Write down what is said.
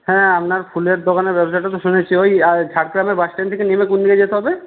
হ্যাঁ আপনার ফুলের দোকানের ব্যবসাটা তো শুনেছি ওই আর ঝাড়গ্রামের বাস স্ট্যান্ড থেকে নেমে কোন দিকে যেতে হবে